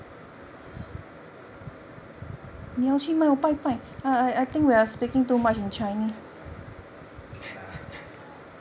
okay lah